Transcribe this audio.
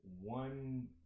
one